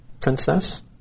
princess